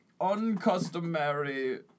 uncustomary